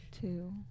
two